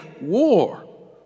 war